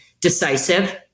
decisive